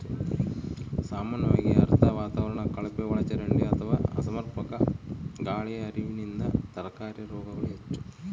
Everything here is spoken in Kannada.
ಸಾಮಾನ್ಯವಾಗಿ ಆರ್ದ್ರ ವಾತಾವರಣ ಕಳಪೆಒಳಚರಂಡಿ ಅಥವಾ ಅಸಮರ್ಪಕ ಗಾಳಿಯ ಹರಿವಿನಿಂದ ತರಕಾರಿ ರೋಗಗಳು ಹೆಚ್ಚು